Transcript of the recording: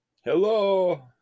Hello